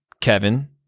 Kevin